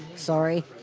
sorry.